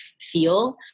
feel